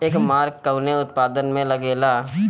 एगमार्क कवने उत्पाद मैं लगेला?